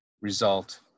result